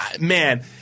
man